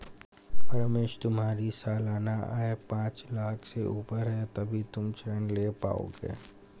रमेश तुम्हारी सालाना आय पांच लाख़ से ऊपर है तभी तुम ऋण ले पाओगे